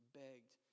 begged